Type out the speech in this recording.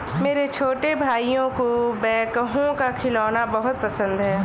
मेरे छोटे भाइयों को बैकहो का खिलौना बहुत पसंद है